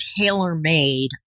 tailor-made